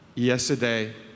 Yesterday